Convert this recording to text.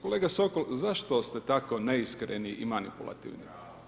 Kolega Sokol, zašto ste tako neiskreni i manipulativni.